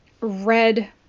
red